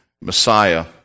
Messiah